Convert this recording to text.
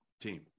team